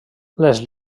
les